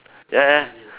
ya ya